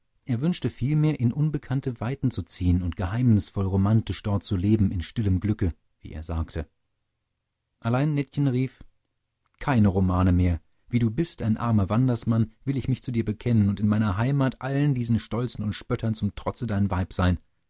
er wünschte vielmehr in unbekannte weiten zu ziehen und geheimnisvoll und romantisch dort zu leben in stillem glücke wie er sagte allein nettchen rief keine romane mehr wie du bist ein armer wandersmann will ich mich zu dir bekennen und in meiner heimat allen diesen stolzen und spöttern zum trotze dein weib sein